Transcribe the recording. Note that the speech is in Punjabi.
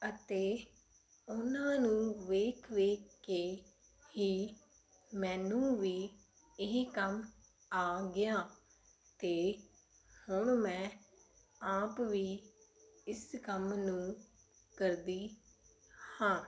ਅਤੇ ਉਹਨਾਂ ਨੂੰ ਵੇਖ ਵੇਖ ਕੇ ਹੀ ਮੈਨੂੰ ਵੀ ਇਹ ਕੰਮ ਆ ਗਿਆ ਅਤੇ ਹੁਣ ਮੈਂ ਆਪ ਵੀ ਇਸ ਕੰਮ ਨੂੰ ਕਰਦੀ ਹਾਂ